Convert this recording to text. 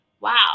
wow